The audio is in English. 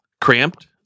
cramped